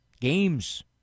Games